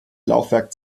laufwerk